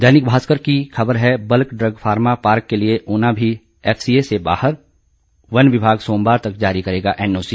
दैनिक भास्कर की खबर है बल्क ड्रग फार्मा पार्क के लिए ऊना भी एफसीए से बाहर वन विभाग सोमवार तक जारी करेगा एनओसी